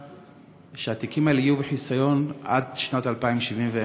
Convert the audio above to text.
שהתיקים האלה יהיו בחיסיון עד שנת 2071?